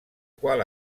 qual